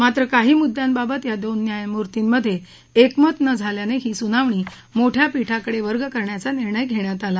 मात्र काही मुद्यांबाबत या दोन न्यायमूर्तीमधे एकमत न झाल्यामुळे ही सुनावणी मोठ्या पीठाकडे वर्ग करण्याचा निर्णय घेण्यात आला